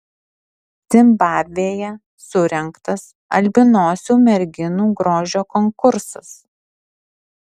zimbabvėje surengtas albinosių merginų grožio konkursas